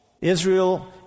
Israel